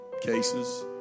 cases